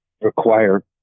require